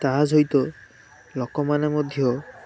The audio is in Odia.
ତାହା ସହିତ ଲୋକମାନେ ମଧ୍ୟ